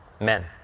Men